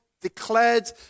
declared